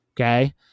Okay